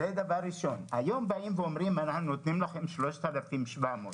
היום באים ואומרים שנותנים לנו 3,700 שקלים.